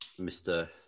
Mr